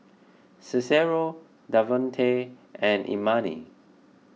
Cicero Davonte and Imani